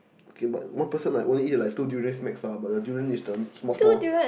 K but one person like only eat like two durians max lah but the durian is the small small